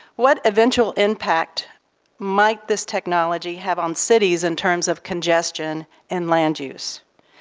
what eventual impact might this technology have on cities in terms of congestion and land use?